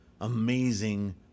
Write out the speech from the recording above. amazing